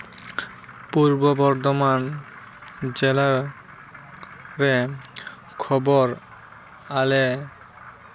ᱯᱩᱨᱵᱚ ᱵᱚᱨᱫᱷᱚᱢᱟᱱ ᱡᱮᱞᱟ ᱨᱮ ᱠᱷᱚᱵᱚᱨ ᱟᱞᱮ